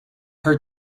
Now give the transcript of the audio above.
heard